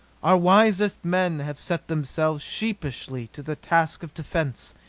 our wisest men have set themselves sleeplessly to the task of defence.